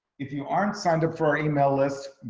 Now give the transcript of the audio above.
if you aren't signed up for our email list,